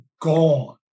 gone